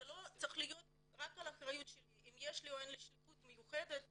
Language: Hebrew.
זה לא צריך להיות רק באחריותי אם יש לי או אין לי שליחות מיוחדת